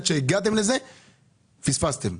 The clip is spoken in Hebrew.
פספסתם.